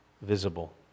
visible